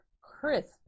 crisp